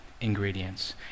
ingredients